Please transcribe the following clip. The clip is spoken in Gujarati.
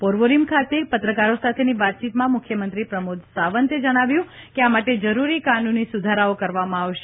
પોર્વોરીમ ખાતે પત્રકારો સાથેની વાતચીતમાં મુખ્યમંત્રી પ્રમોદ સાવંતે જગ્નાવ્યું કે આ માટે જરૂરી કાનૂની સુધારાઓ કરવામાં આવશે